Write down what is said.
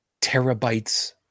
terabytes